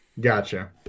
Gotcha